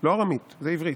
לא ארמית, זה עברית.